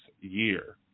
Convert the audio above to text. year